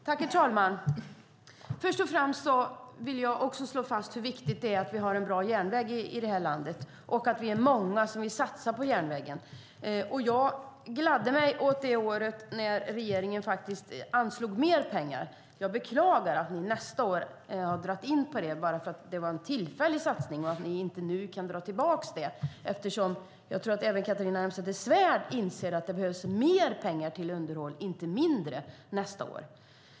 Herr talman! Först och främst vill jag slå fast hur viktigt det är att vi har en bra järnväg i det här landet och att vi är många som vill satsa på järnvägen. Jag gladde mig åt det år då regeringen faktiskt anslog mer pengar. Jag beklagar att ni nästa år har dragit in på det bara därför att det var en tillfällig satsning och att ni nu inte kan dra tillbaka det. Jag tror att även Catharina Elmsäter-Svärd inser att det nästa år behövs mer pengar till underhåll - inte mindre.